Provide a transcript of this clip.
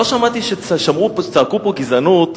לא שמעתי שצעקו פה "גזענות"